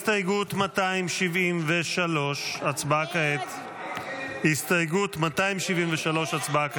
הסתייגות 273. הסתייגות 273 לא נתקבלה.